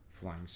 Flying